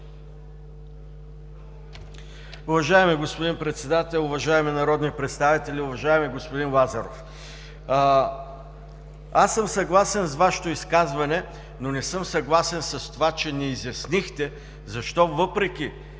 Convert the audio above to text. Уважаеми господин Председател, уважаеми народни представители! Уважаеми господин Лазаров, аз съм съгласен с Вашето изказване, но не съм съгласен с това, че не изяснихте защо, въпреки